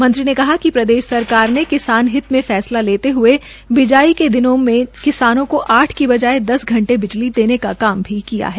मंत्री ने कहा कि प्रदेश सरकार ने किसान हित में फैसला लेते हये बिजाई के दिनों में किसानों को आठ की बजाय दस घंटे बिजली देने का काम किया है